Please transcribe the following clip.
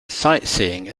sightseeing